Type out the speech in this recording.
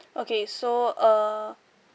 okay so uh